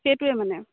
সেইটোৱে মানে